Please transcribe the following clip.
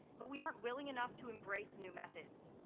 but we aren't willing enough to embrace new methods.